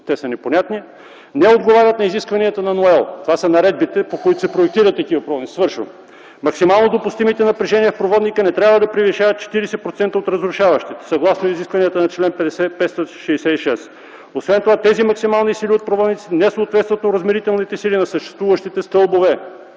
са непонятни, не отговарят на изискванията на НОЕЛ” – това са наредбите, по които се проектират такива проводници. „Максимално допустимите напрежения в проводника не трябва да превишават 40% от разрушаващите, съгласно изискванията на чл. 566. Освен това тези максимални сили от проводниците не съответстват на оразмерителните сили на съществуващите стълбове.”